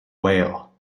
whale